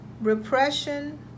repression